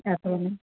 छा सोन